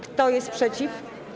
Kto jest przeciw?